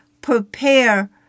prepare